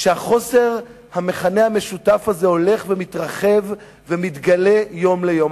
וחוסר המכנה המשותף הזה הולך ומתרחב ומתגלה מיום ליום.